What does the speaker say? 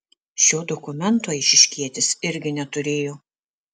šio dokumento eišiškietis irgi neturėjo